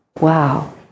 Wow